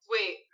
Wait